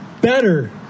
better